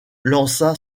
lança